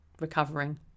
recovering